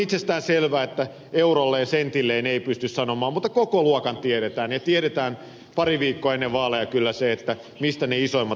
on itsestäänselvää että eurolleen sentilleen ei pysty sanomaan mutta kokoluokka tiedetään ja tiedetään pari viikkoa ennen vaaleja kyllä se mistä ne isoimmat lahjoitukset tulevat